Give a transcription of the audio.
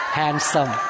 handsome